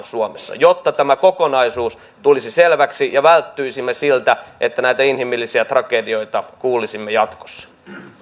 suomessa jotta tämä kokonaisuus tulisi selväksi ja välttyisimme siltä että näitä inhimillisiä tragedioita kuulisimme jatkossa